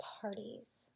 parties